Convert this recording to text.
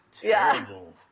terrible